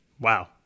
wow